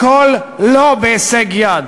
הכול לא בהישג יד.